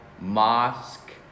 mosque